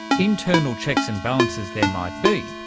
internal checks and balances there might be,